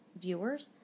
viewers